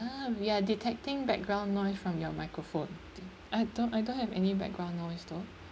uh we're detecting background noise from your microphone I don't I don't have any background noise though